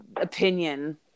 opinion